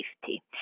Safety